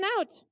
out